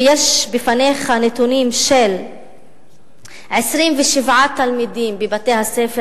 ויש בפניך נתונים של 27 תלמידים בבתי-הספר